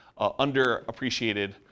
underappreciated